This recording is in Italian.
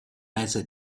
mese